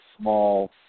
small